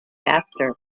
after